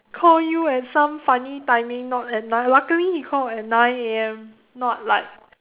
call you at some funny timing not at nine luckily he called at nine A_M not like